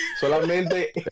Solamente